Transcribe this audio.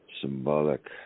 symbolic